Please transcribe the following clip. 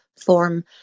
form